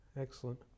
excellent